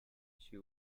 she